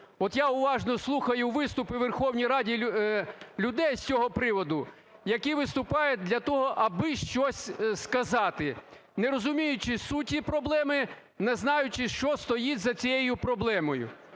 От я уважно слухаю виступи у Верховній Раді людей з цього приводу, які виступають для того, аби щось сказати, не розуміючи суті проблеми, не знаючи, що стоїть за цією проблемою.